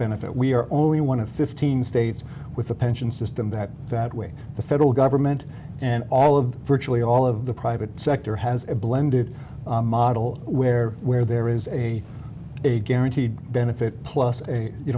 benefit we're only one of fifteen states with a pension system that that way the federal government and all of virtually all of the private sector has a blended model where where there is a guaranteed benefit plus a